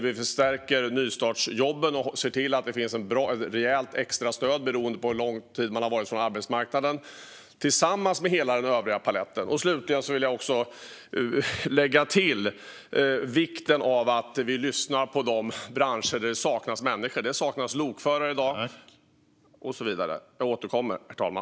Vi förstärker nystartsjobben och ser till att det finns ett rejält extra stöd beroende på hur lång tid som man har varit borta från arbetsmarknaden. Detta görs tillsammans med hela den övriga paletten. Slutligen vill jag också lägga till vikten av att vi lyssnar på de branscher där det saknas människor. Det saknas i dag lokförare och så vidare. Jag återkommer, herr talman.